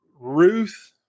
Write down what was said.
Ruth